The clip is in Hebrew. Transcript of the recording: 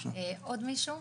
עוד מישהו?